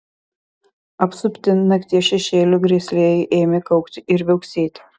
apsupti nakties šešėlių grėslieji ėmė kaukti ir viauksėti